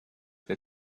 that